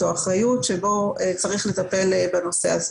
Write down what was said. האחריות בה צריך לטפל בנושא הזה.